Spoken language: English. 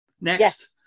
Next